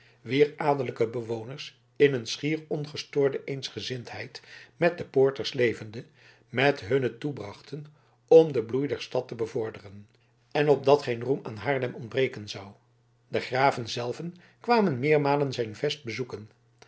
wier adellijke bewoners in een schier ongestoorde eensgezindheid met de poorters levende het hunne toebrachten om den bloei der stad te bevorderen en opdat geen roem aan haarlem ontbreken zou de graven zelven kwamen meermalen zijn vest bezoeken